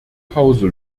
hause